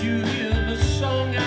you know